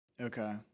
Okay